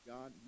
God